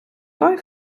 той